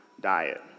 diet